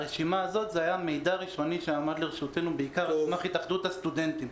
הרשימה הייתה מידע ראשוני שעמד לרשותנו בעיקר על סמך התאחדות הסטודנטים.